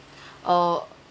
orh